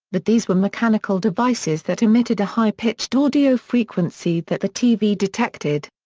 but these were mechanical devices that emitted a high-pitched audio frequency that the tv detected.